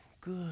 good